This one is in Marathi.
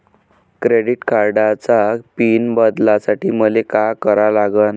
क्रेडिट कार्डाचा पिन बदलासाठी मले का करा लागन?